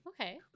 Okay